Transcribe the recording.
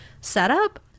setup